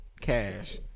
Cash